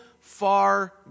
far